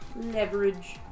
Leverage